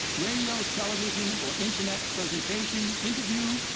radio, television or internet presentation, interview,